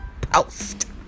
Post